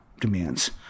demands